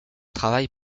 travail